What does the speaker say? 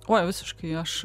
oi visiškai aš